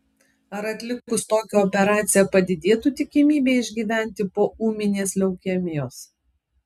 ar atlikus tokią operaciją padidėtų tikimybė išgyventi po ūminės leukemijos